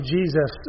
Jesus